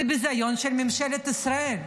זה ביזיון של ממשלת ישראל.